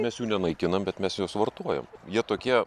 mes jų nenaikinam bet mes juos vartojam jie tokie